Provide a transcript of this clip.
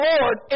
Lord